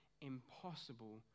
impossible